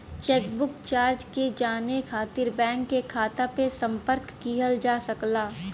chequebook charge के जाने खातिर बैंक के शाखा पे संपर्क किहल जा सकला